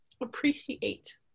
appreciate